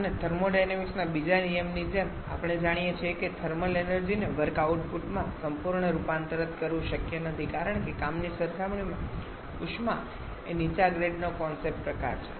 અને થર્મોડાયનેમિક્સ ના બીજા નિયમની જેમ આપણે જાણીએ છીએ કે થર્મલ એનર્જી ને વર્ક આઉટપુટમાં સંપૂર્ણ રૂપાંતર કરવું શક્ય નથી કારણ કે કામની સરખામણીમાં ઉષ્મા એ નીચા ગ્રેડનો કોન્સેપ્ટ પ્રકાર છે